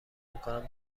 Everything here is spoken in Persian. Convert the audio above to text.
میکنن